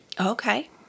Okay